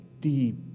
deep